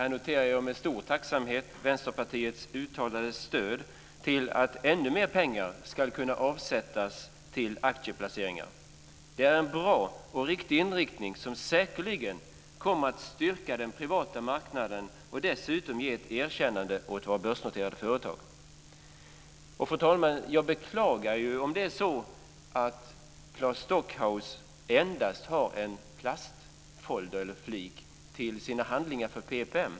Här noter jag med stor tacksamhet Vänsterpartiets uttalade stöd till att ännu mer pengar ska kunna avsättas till aktieplaceringar. Det är en bra och riktig inriktning som säkerligen kommer att styrka den privata marknaden och dessutom ge ett erkännande åt våra börsnoterade företag. Fru talman! Jag beklagar om det är så att Claes Stockhaus endast har en plastfolder för sina handlingar från PPM.